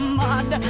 mud